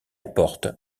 porte